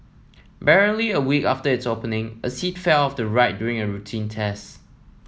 barely a week after its opening a seat fell off the ride during a routine test